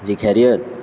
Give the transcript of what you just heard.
جی خیریت